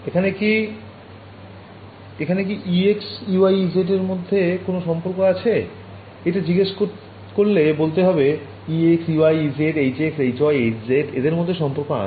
এখানে কি ex ey ez এদের মধ্যে কোন সম্পর্ক আছে এটা জিজ্ঞেস করলে বলতে হবে ex ey ez hx hy hz এদের মধ্যে সম্পর্ক আছে